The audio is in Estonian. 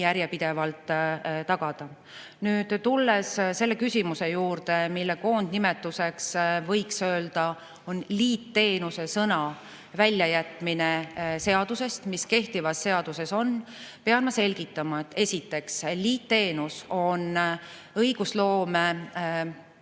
järjepidevalt tagada. Nüüd, tulles selle küsimuse juurde, mille koondnimetuseks, võiks öelda, on sõna "liitteenus" väljajätmine seadusest – see on kehtivas seaduses olemas –, pean ma selgitama, et esiteks, liitteenus on õigusloome